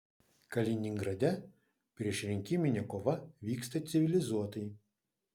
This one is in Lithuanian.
kaliningrade priešrinkiminė kova vyksta civilizuotai